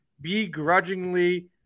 begrudgingly